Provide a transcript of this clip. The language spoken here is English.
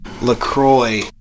LaCroix